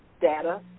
data